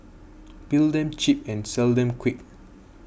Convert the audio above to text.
build them cheap and sell them quick